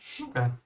okay